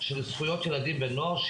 של זכויות ילדים ונוער.